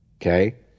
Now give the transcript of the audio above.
Okay